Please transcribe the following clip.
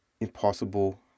impossible